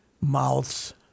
mouths